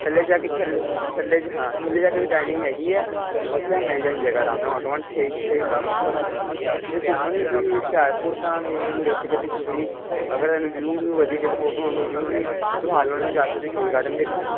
ਥੱਲ੍ਹੇ ਜਾ ਕੇ ਥੱਲ੍ਹੇ ਥੱਲ੍ਹੇ ਜਿਹੇ ਹਾਂ ਥੱਲ੍ਹੇ ਜਾ ਕੇ ਉਹਦੀ ਡਾਇਨਿੰਗ ਹੈਗੀ ਆ ਉੱਥੇ ਮਿਲ ਜਾਣੀ ਜਗ੍ਹਾ ਆਰਾਮ ਨਾਲ ਆਟੋਮੋਡ ਠੀਕ ਸਹੀ ਖਾਣਾ ਉੱਥੇ ਵੀ ਅਤੇ ਘੁੰਮਣ ਨੂੰ ਤੁਹੀਂ ਹੁਸ਼ਿਆਰਪੁਰ ਤਾਂ ਮੇਨ ਬੇਸਿਕਲੀ ਤੁਸੀਂ ਅਗਰ ਤੁਹਾਨੂੰ ਵਿਊ ਵਿਯੂ ਵਧੀਆ ਚਾਹੀਦਾ ਫੋਟੋਆਂ ਹੋਣ ਜਿਹਨੂੰ ਤੁਸੀਂ ਨੂੰ ਚੋਹਾਲ ਵੱਲ ਨੂੰ ਜਾ ਸਕਦੇ ਜਿਹਨੂੰ ਤੁਸੀਂ ਹਿਲ ਗੜਨ ਦੇਖਣ